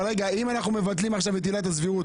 אבל אם אנחנו מבטלים עכשיו עילת הסבירות,